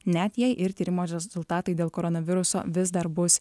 net jei ir tyrimo rezultatai dėl koronaviruso vis dar bus